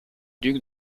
duc